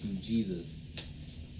Jesus